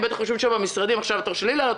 הם בטח יושבים עכשיו במשרדים: "עכשיו התור שלי לעלות,